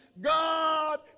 God